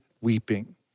weeping